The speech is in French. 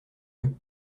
eux